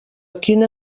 quina